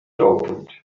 opened